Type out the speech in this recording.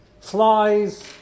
flies